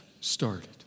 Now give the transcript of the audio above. started